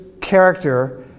character